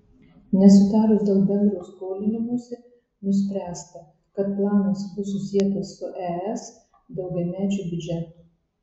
nesutarus dėl bendro skolinimosi nuspręsta kad planas bus susietas su es daugiamečiu biudžetu